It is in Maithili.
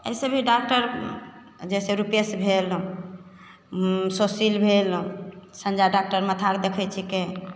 अइसे भी डॉकटर जइसे रूपेश भेल सुशील भेल संजय डॉकटर माथा आओर देखै छिकै